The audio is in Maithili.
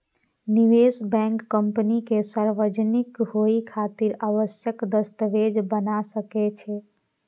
निवेश बैंक कंपनी के सार्वजनिक होइ खातिर आवश्यक दस्तावेज बना सकै छै